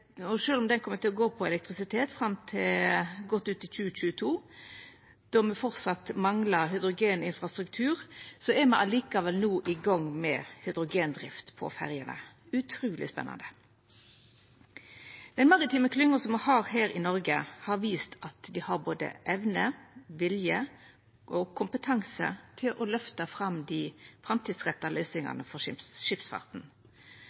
om ho kjem til å gå på elektrisitet fram til godt ut i 2022, då me framleis manglar hydrogeninfrastruktur, er me likevel no i gang med hydrogendrift på ferjene. Det er utruleg spennande. Den maritime klynga som me har her i Noreg, har vist at dei har både evne, vilje og kompetanse til å løfta fram dei framtidsretta løysingane for skipsfarten.